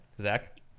Zach